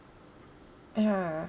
ya